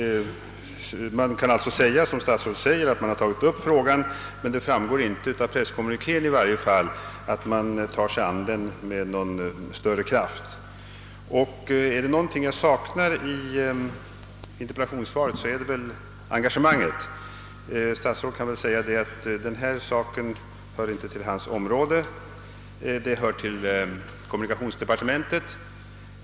Man kan alltså säga som statsrådet gör att man har tagit upp frågan, men det framgår inte — i varje fall inte av presskommunikén — att man tar sig an den med någon större kraft. Är det något jag saknar i interpellationssvaret så är det just engagemanget. Statsrådet kan väl säga att denna fråga inte hör till hans område utan att den hör till kommunikationsdepartementet.